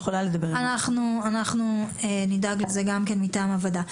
אנחנו נדאג לזה גם כן מטעם הוועדה.